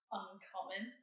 uncommon